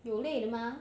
有累吗